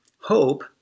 hope